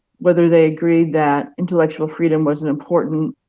whether they agreed that intellectual freedom was an important